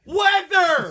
weather